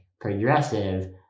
progressive